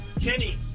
Kenny